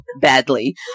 badly